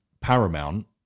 Paramount